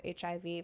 HIV